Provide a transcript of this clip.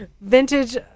vintage